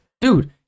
Dude